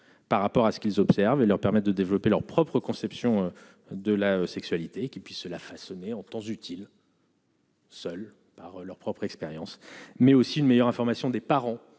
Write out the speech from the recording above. par rapport à ce qu'ils observent et leur permettent de développer leur propre conception de la sexualité qui puisse se la façonner en temps utile. Seuls par leur propre expérience, mais aussi une meilleure information des parents